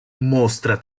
mostra